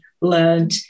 learned